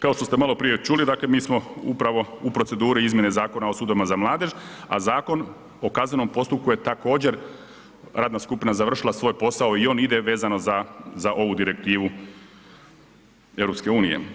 Kao što ste maloprije čuli, dakle, mi smo upravo u proceduri izmjene Zakona o sudovima za mladež, a Zakon o kaznenom postupku je također radna skupina završila svoj posao i on ide vezano za ovu direktivu EU.